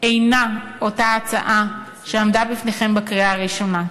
אינה אותה הצעה שעמדה בפניכם לקריאה הראשונה.